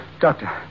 Doctor